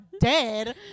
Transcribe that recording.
dead